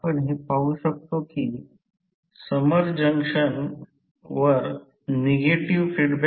तर काय करू शकतो म्हणजे मॅग्नेटाइझिंग करंट I ची दिशा उलट करून हे B H 0 बनवा